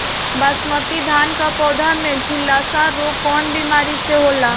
बासमती धान क पौधा में झुलसा रोग कौन बिमारी से होला?